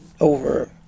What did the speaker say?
over